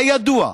כידוע,